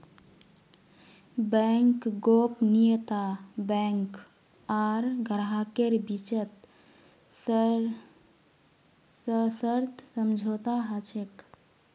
bank गोपनीयता bank आर ग्राहकेर बीचत सशर्त समझौता ह छेक